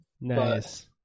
Nice